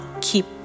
keep